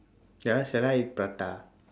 ya should I eat prata